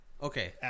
Okay